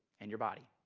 and your body.